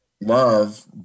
love